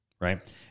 Right